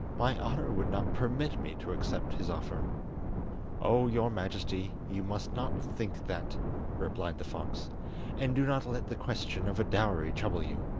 my honour would not permit me to accept his offer oh, your majesty, you must not think that replied the fox and do not let the question of a dowry trouble you.